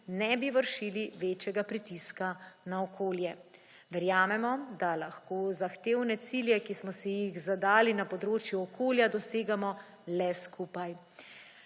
ne bi vršili večjega pritiska na okolje. Verjamemo, da lahko zahtevne cilje, ki smo si jih zadali na področju okolja, dosegamo le skupaj.